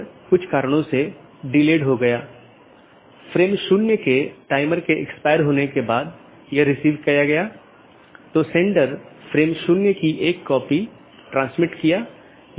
और जैसा कि हम समझते हैं कि नीति हो सकती है क्योंकि ये सभी पाथ वेक्टर हैं इसलिए मैं नीति को परिभाषित कर सकता हूं कि कौन पारगमन कि तरह काम करे